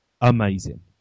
amazing